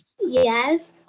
Yes